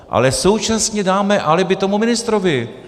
Ale současně dáme alibi tomu ministrovi.